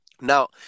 Now